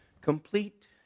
Complete